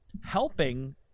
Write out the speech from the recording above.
helping